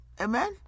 Amen